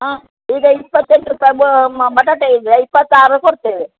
ಹಾಂ ಈಗ ಇಪ್ಪತ್ತೆಂಟು ರೂಪಾಯಿ ಬಟಾಟೆ ಇದೆಯಾ ಇಪ್ಪತ್ತಾರು ಕೊಡ್ತೇವೆ